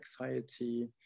anxiety